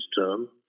term